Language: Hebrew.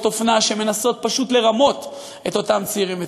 אופנה שמנסות פשוט לרמות את אותם צעירים וצעירות,